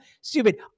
stupid